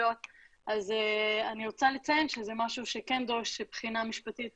אז אני רוצה לציין שזה משהו שכן דורש בחינה משפטית